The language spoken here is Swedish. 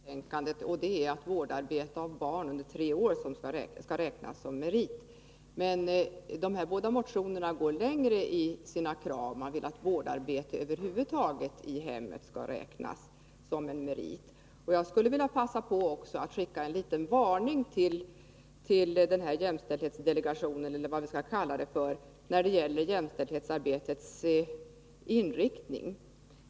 Fru talman! Det är inte riktigt rätt. Det finns ett förslag i det betänkandet, att arbete med att vårda barn i tre år skall räknas som merit. Men dessa båda motioner går längre i sina krav. Man vill att vårdarbete i hemmet över huvud taget skall räknas som en merit. Jag skulle vilja passa på skicka en liten varning till jämställdhetsdelegationen, och den gäller jämställdhetsarbetets inriktning.